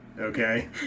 okay